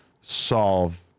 solve